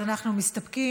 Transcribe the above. אז אנחנו מסתפקים.